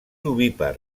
ovípar